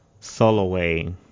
Soloway